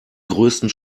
größten